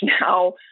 now